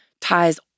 ties